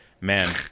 man